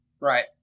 Right